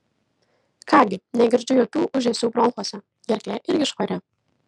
ką gi negirdžiu jokių ūžesių bronchuose gerklė irgi švari